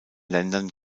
ländern